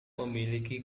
memiliki